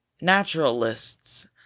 Naturalists